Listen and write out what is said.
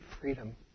freedom